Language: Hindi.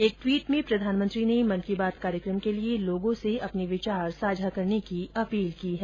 एक ट्वीट में प्रधानमंत्री ने मन की बात कार्यक्रम के लिए लोगों से अपने विचार साझा करने की अपील की है